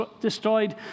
destroyed